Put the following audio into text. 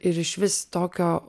ir išvis tokio